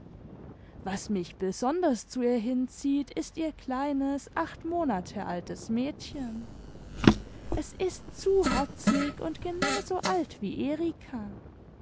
was mich besonders zu ihr hinzieht ist ihr kleines acht monate altes mädchen es ist zu herzig und genau so alt wie erika